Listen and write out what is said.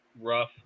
rough